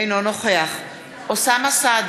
אינו נוכח אוסאמה סעדי,